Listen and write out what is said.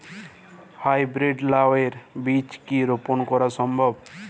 High breed লাও এর বীজ কি রোপন করা সম্ভব?